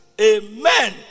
Amen